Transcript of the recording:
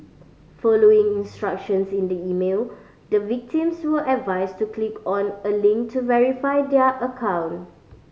following instructions in the email the victims were advised to click on a link to verify their account